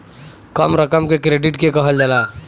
कम रकम के क्रेडिट के कहल जाला